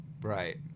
Right